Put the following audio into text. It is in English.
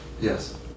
Yes